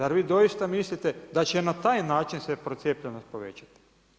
Zar vi doista mislite da će na taj način se procijepljenost povećati?